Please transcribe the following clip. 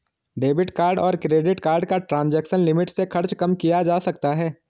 debit card और credit card का transaction limit से खर्च कम किया जा सकता है